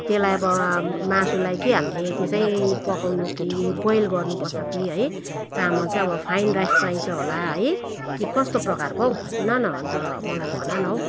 त्यसलाई अब मासुलाई के हामीले त्यसै पकाउनु कि बोइल गर्नुपर्छ कि है चामल चाहिँ अब फाइन राइस चाहिन्छ होला है कि कस्तो प्रकारको हो सुन न अन्त मलाई भन न हौ